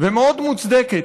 ומאוד מוצדקת.